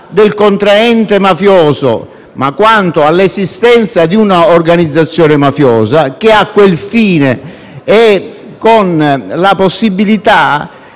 del contraente mafioso, quanto all'esistenza di un'organizzazione mafiosa che ha quel fine e con la possibilità